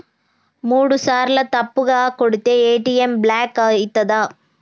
మూడుసార్ల తప్పుగా కొడితే ఏ.టి.ఎమ్ బ్లాక్ ఐతదా?